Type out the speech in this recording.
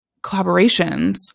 collaborations